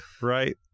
right